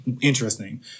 Interesting